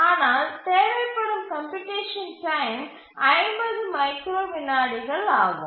ஆனால் தேவைப்படும் computation time 50 micro விநாடிகள் ஆகும்